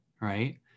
right